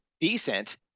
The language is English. decent